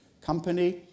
company